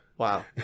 Wow